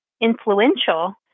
influential